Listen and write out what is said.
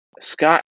Scott